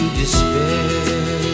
despair